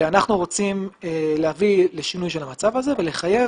אנחנו רוצים להביא לשינוי של המצב הזה ולחייב